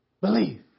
believe